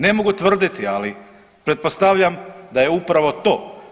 Ne mogu tvrditi, ali pretpostavljam da je upravo to.